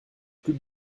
plus